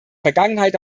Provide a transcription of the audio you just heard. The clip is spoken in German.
vergangenheit